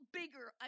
bigger